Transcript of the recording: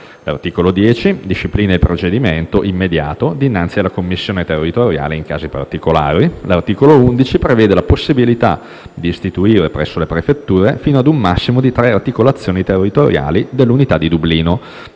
L'articolo 10 disciplina il procedimento immediato dinanzi alla commissione territoriale, in casi particolari. L'articolo 11 prevede la possibilità d'istituire presso le prefetture sino ad un massimo di tre articolazioni territoriali dell'unità di Dublino,